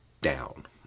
down